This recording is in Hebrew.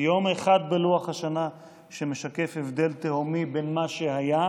יום אחד בלוח השנה שמשקף הבדל תהומי בין מה שהיה